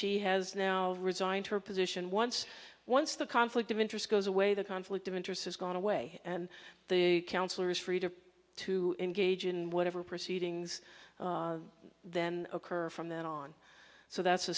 she has now resigned her position once once the conflict of interest goes away the conflict of interest has gone away and the counselor is free to to engage in whatever proceedings then occur from then on so that's